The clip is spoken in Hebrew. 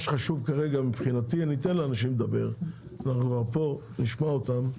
אני אתן לאנשים לדבר, אנחנו כבר פה, נשמע אותם,